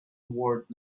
award